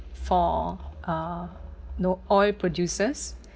for uh you know oil producers